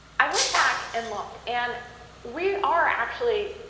i went back and looked. and we are actually,